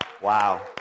Wow